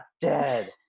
dead